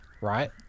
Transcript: right